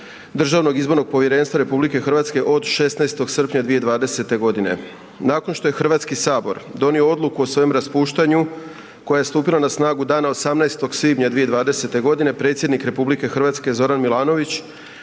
Državnog izbornog povjerenstva RH od 16. srpnja 2020. godine. Nakon što je Hrvatski sabor donio odluku o svojem raspuštanju koja je stupila na snagu dana 18. svibnja 2020. godine, predsjednik RH Zoran Milanović